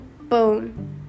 Boom